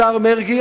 השר מרגי,